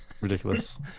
Ridiculous